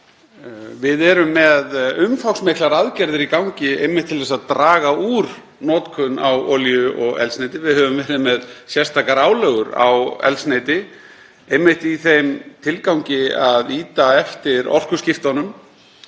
Við erum með umfangsmiklar aðgerðir í gangi einmitt til þess að draga úr notkun á olíu og eldsneyti. Við höfum verið með sérstakar álögur á eldsneyti einmitt í þeim tilgangi að ýta eftir orkuskiptunum